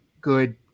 good